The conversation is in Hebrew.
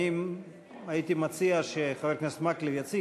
אני הייתי מציע שחבר הכנסת יציג,